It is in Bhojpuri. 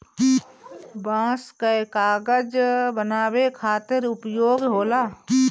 बांस कअ कागज बनावे खातिर उपयोग होला